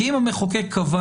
כי אם המחוקק קבע